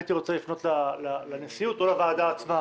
הייתי רוצה לפנות לנשיאות או לוועדה עצמה.